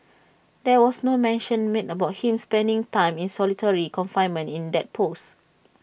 there was no mention made about him spending time in solitary confinement in that post